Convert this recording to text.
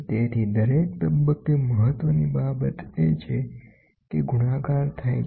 તેથી દરેક તબક્કે મહત્ત્વની બાબત એ છે કે ગુણાકાર થાય છે